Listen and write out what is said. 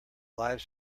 live